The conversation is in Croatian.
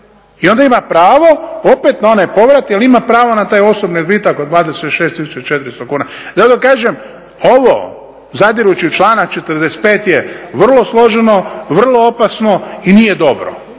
I onda ima pravo opet na onaj povrat jer ima pravo na taj osobni odbitak od 26 400 kuna. Zato kažem ovo zadirući u članak 45. je vrlo složeno, vrlo opasno i nije dobro.